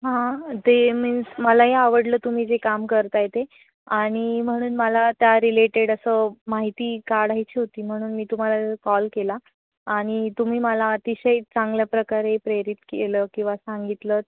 हां ते मीन्स मलाही आवडलं तुम्ही जे काम करत आहे ते आणि म्हणून मला त्या रिलेटेड असं माहिती काढायची होती म्हणून मी तुम्हाला कॉल केला आणि तुम्ही मला अतिशय चांगल्या प्रकारे प्रेरित केलं किंवा सांगितलं